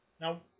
Now